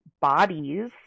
bodies